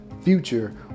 future